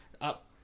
up